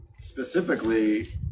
specifically